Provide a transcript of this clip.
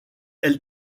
elle